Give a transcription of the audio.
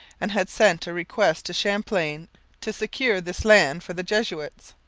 and had sent a request to champlain to secure this land for the jesuits.